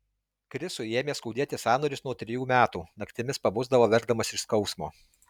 krisui ėmė skaudėti sąnarius nuo trejų metų naktimis pabusdavo verkdamas iš skausmo